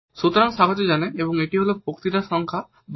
সুতরাং স্বাগত জানাই এবং এটি হল বক্তৃতা সংখ্যা 52